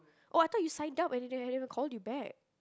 oh I thought you signed up and they didn't they didn't call you back